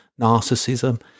narcissism